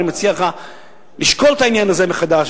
אני מציע לך לשקול את העניין הזה מחדש,